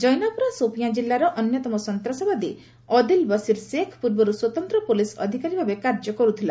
ଜୈନାପୁରା ସୋପିଆଁ ଜିଲ୍ଲାର ଅନ୍ୟତମ ସନ୍ତାସବାଦୀ ଅଦିଲ୍ ବସିର୍ ଶେଖ୍ ପୂର୍ବରୁ ସ୍ୱତନ୍ତ୍ର ପୋଲିସ୍ ଅଧିକାରୀ ଭାବେ କାର୍ଯ୍ୟ କରୁଥିଲା